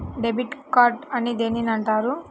Debit card అని దేనిని అంటారు?